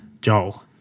Joel